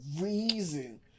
reason